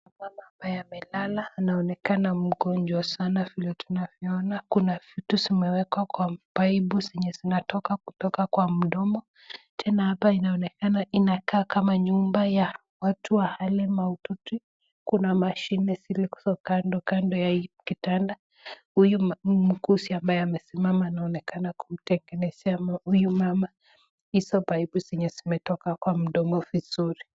Hapa ni ambaye amelala anaonekana mgonjwa sana vile tunavyoona kuna vitu zimewekwa kwa paipu zenye zinatoka kutoka kwa mdomo, tena hapa inaonekana inakaa kama nyumba ya watu wa hali mahututi, kuna mashini zilizo kando kando ya hii kitanda, huyu mwuguzi ambaye amesimama anaonekana kutengenezea huyu mama hizo paipu zenye zimetoka kwa mdomo vizuri.